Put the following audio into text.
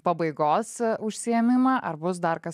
pabaigos užsiėmimą ar bus dar kas